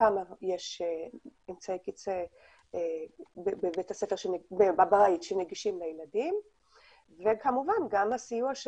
כמה יש אמצעי קצה בבית שנגישים לילדים וכמובן הסיוע,